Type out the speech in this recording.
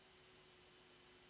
Hvala